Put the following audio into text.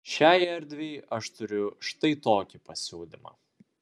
šiai erdvei aš turiu štai tokį pasiūlymą